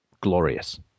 glorious